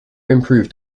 improved